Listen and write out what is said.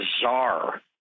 bizarre